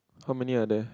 how many are there